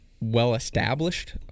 well-established